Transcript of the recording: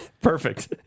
Perfect